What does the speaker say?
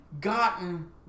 gotten